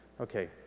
Okay